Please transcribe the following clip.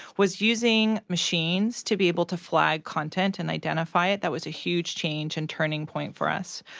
was using machines to be able to flag content and identify it. that was a huge change and turning point for us.